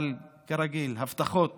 אבל כרגיל, הבטחות